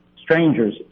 Strangers